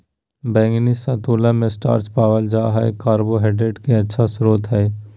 बैंगनी रतालू मे स्टार्च पावल जा हय कार्बोहाइड्रेट के अच्छा स्रोत हय